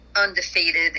undefeated